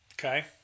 okay